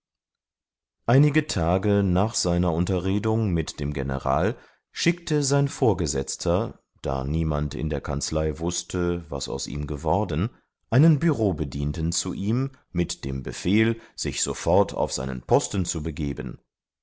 einige tage nach seiner unterredung mit dem general schickte sein vorgesetzter da niemand in der kanzlei wußte was aus ihm geworden einen bürobedienten zu ihm mit dem befehl sich sofort auf seinen posten zu begeben